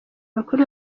bakuru